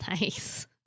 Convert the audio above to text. Nice